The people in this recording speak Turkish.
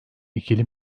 ikili